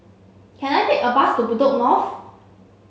can I take a bus to Bedok North